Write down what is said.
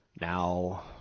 Now